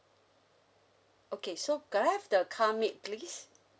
okay so can I have the car make please